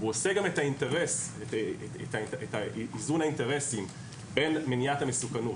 הוא עושה גם את איזון האינטרסים בין מניעת המסוכנות,